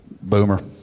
Boomer